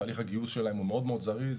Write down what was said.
תהליך הגיוס שלהם הוא מאוד מאוד זריז,